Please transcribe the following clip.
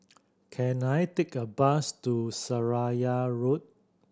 can I take a bus to Seraya Road